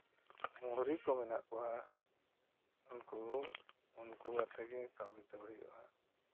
ᱢᱳᱦᱨᱤ ᱠᱚ ᱢᱮᱱᱟᱜ ᱠᱚᱣᱟ ᱩᱱᱠᱩ ᱩᱱᱠᱩᱭᱟᱛᱮ ᱜᱮ ᱠᱟᱹᱢᱤ ᱫᱚ ᱦᱩᱭᱩᱜᱼᱟ